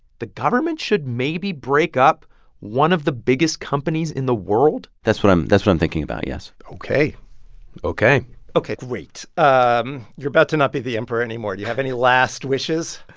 the government should maybe break up one of the biggest companies in the world? that's what i'm that's what i'm thinking about, yes ok ok ok, great. um you're about to not be the emperor anymore. do you have any last wishes?